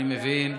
אני מבין.